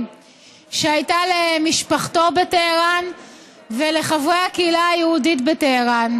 שהיו למשפחתו בטהרן ולחברי הקהילה היהודית בטהרן